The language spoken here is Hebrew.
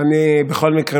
בכל מקרה,